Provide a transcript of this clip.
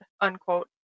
unquote